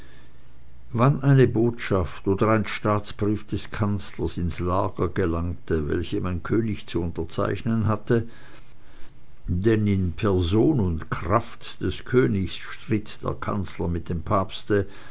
wann eine botschaft oder ein staatsbrief des kanzlers ins lager gelangte welche mein könig zu unterzeichnen hatte denn in person und kraft des königs stritt der kanzler mit dem papste